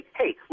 hey